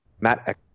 Matt